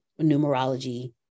numerology